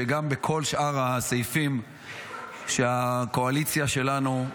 שגם בכל שאר הסעיפים שהקואליציה שלנו,